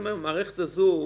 לעשות את זה.